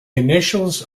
initials